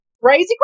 crazy